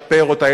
לשפר אותה,